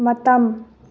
ꯃꯇꯝ